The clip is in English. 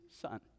Son